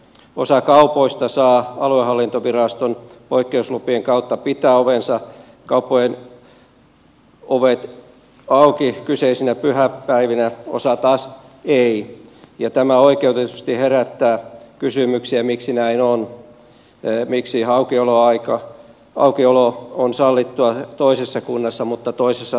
osa kaupoista saa aluehallintoviraston poikkeuslupien kautta pitää ovensa auki kyseisinä pyhäpäivinä osa taas ei ja tämä oikeutetusti herättää kysymyksiä miksi näin on miksi aukiolo on sallittua toisessa kunnassa mutta toisessa taas ei